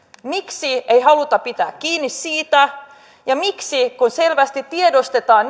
miksi ei haluta pitää kiinni siitä ja kun selvästi tiedostetaan